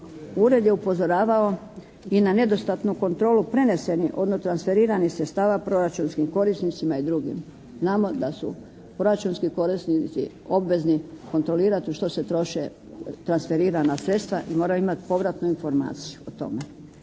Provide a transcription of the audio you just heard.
Ured je upozoravao i na nedostatnu kontrolu prenesenih, odnosno transferiranih sredstava proračunskim korisnicima i drugim. Znamo da su proračunski korisnici obvezni kontrolirati u što se troše transferirana sredstva i moraju imati povratnu informaciju o tome.